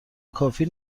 کافی